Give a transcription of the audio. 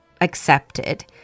accepted